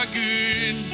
good